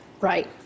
Right